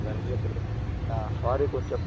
sorry కొంచం